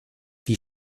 wie